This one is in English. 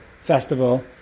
festival